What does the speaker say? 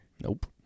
Nope